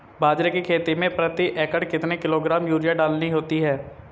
बाजरे की खेती में प्रति एकड़ कितने किलोग्राम यूरिया डालनी होती है?